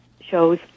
shows